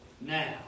now